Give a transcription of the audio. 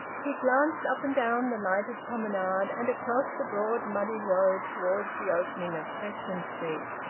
he glanced up and down the lighted promenade, and across the broad muddy road towards the opening of preston street.